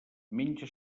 menja